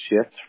shift